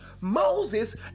Moses